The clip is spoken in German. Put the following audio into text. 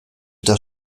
das